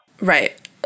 Right